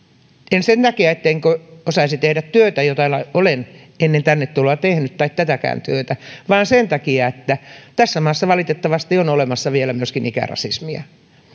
en sen takia ettenkö osaisi tehdä työtä jota olen ennen tänne tuloani tehnyt tai tätä työtä vaan sen takia että tässä maassa valitettavasti on olemassa vielä myöskin ikärasismia